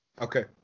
Okay